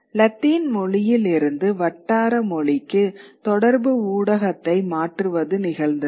Latin மொழியிலிருந்து வட்டார மொழிக்கு தொடர்பு ஊடகத்தை மாற்றுவது நிகழ்ந்தது